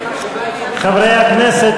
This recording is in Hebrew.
חברי הכנסת,